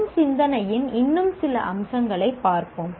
நுண் சிந்தனையின் இன்னும் சில அம்சங்களைப் பார்ப்போம்